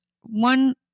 one